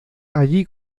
allí